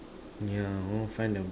yeah go find a